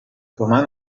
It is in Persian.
تومن